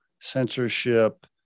censorship